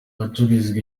hacururizwa